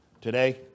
Today